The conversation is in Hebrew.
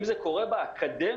אם זה קורה באקדמיה,